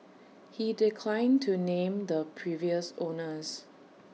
he declined to name the previous owners